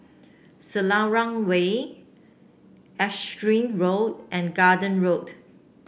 Selarang Way Erskine Road and Garden Road